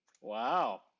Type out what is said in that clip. Wow